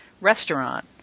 restaurant